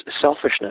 selfishness